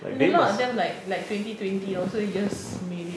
a lot of them like like twenty twenty also it just made it